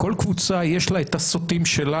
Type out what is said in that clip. כל קבוצה - יש לה את הסוטים שלה,